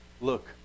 look